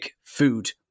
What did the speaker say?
food